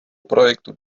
projektu